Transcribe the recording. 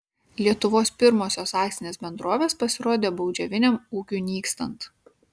lietuvos pirmosios akcinės bendrovės pasirodė baudžiaviniam ūkiui nykstant